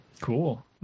Cool